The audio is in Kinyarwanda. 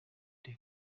the